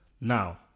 Now